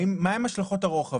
מהן השלכות הרוחב?